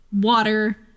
water